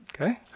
Okay